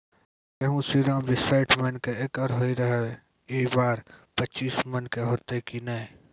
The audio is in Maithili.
गेहूँ श्रीराम जे सैठ मन के एकरऽ होय रहे ई बार पचीस मन के होते कि नेय?